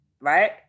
right